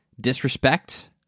Disrespect